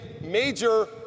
major